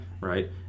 right